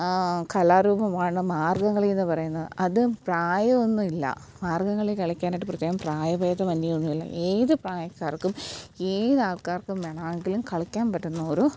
കലാരൂപമാണ് മാർഗംകളി എന്ന് പറയുന്നത് അത് പ്രായമൊന്നും ഇല്ല മാർഗംകളി കളിക്കാനായിട്ട് പ്രത്യേകം പ്രായഭേദമന്യേ ഒന്നുമില്ല ഏത് പ്രായക്കാർക്കും ഏത് ആൾക്കാർക്ക് വേണമെങ്കിലും കളിക്കാൻ പറ്റുന്ന ഒരു